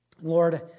Lord